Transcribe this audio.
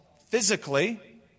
physically